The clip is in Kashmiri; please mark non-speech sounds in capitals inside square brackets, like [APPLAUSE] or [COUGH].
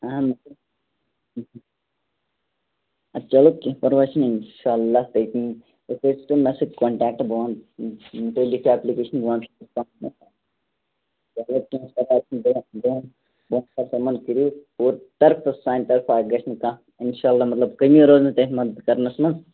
اہن [UNINTELLIGIBLE] چَلو کیٚنٛہہ پَرواے چھُنہٕ اِنشاء اللہ [UNINTELLIGIBLE] مےٚ سۭتۍ کانٹیکٹ بہٕ وَنہٕ تُہۍ لیکھِو اٮ۪پلِکیشن بہٕ وَنہٕ [UNINTELLIGIBLE] اور طرفہٕ سانہِ طرفہٕ [UNINTELLIGIBLE] گَژھِ نہٕ کانٛہہ اِنشاء اللہ مطلب کمی روزنہِ تۄہہِ مدد کَرنس منٛز